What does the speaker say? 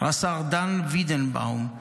רס"ר דן וידנבאום,